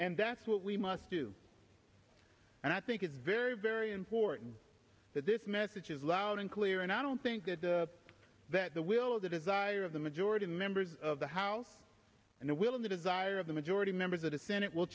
and that's what we must do and i think it's very very important that this message is loud and clear and i don't think that that the will of the desire of the majority members of the house and the will of the desire of the majority members of the senate will